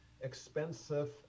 expensive